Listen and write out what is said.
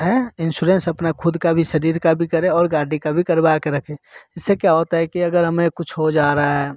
है इंसुरेंस अपना खुद का भी शरीर का भी करें और गाड़ी का भी करवा के रखे इससे क्या होता है कि अगर हमें कुछ हो जा रहा है